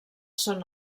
són